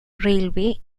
railway